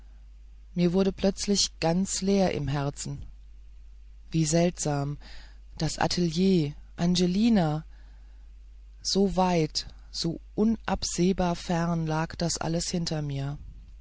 mir wurde plötzlich ganz leer im herzen wie seltsam das atelier angelina so weit so unabsehbar fern lag das alles hinter mir